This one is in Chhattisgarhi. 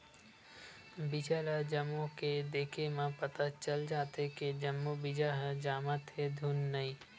बीजा ल जमो के देखे म पता चल जाथे के जम्मो बीजा ह जामत हे धुन नइ